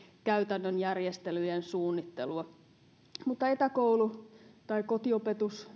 käytännön järjestelyjen suunnittelua mutta etäkoulu tai kotiopetus